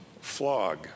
flog